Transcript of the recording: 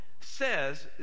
says